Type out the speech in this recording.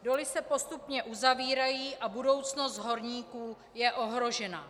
Doly se postupně uzavírají a budoucnost horníků je ohrožena.